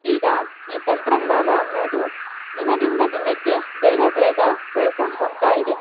ಈಗ ಈ ತಂತ್ರಜ್ಞಾನ ಅನ್ನೋದು ದಿನದಿಂದ ದಿನಕ್ಕೆ ಬೇಗ ಬೇಗ ಬೆಳ್ಕೊಂಡು ಹೋಗ್ತಾ ಇದೆ